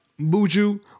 Buju